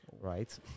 right